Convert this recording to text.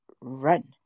run